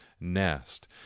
nest